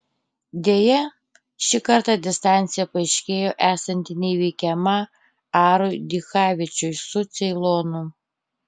deja šį kartą distancija paaiškėjo esanti neįveikiama arui dichavičiui su ceilonu